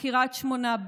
בקריית שמונה,